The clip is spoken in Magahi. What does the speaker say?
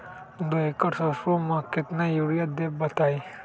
दो एकड़ सरसो म केतना यूरिया देब बताई?